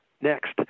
Next